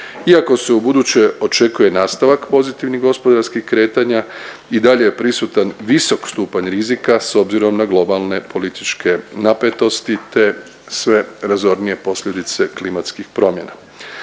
iako se u buduće očekuje nastavak pozitivnih gospodarskih kretanja i dalje je prisutan visok stupanj rizika s obzirom na globalne politike napetosti te sve razornije posljedice klimatskih promjena.